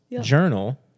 Journal